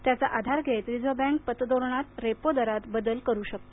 त्याचा आधार घेत रिझर्व्ह बँक पतधोरणात रेपो दरातील बदल करू शकते